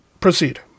proceed